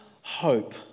hope